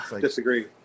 Disagree